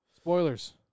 Spoilers